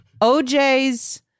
OJ's